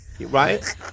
Right